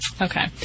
Okay